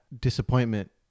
disappointment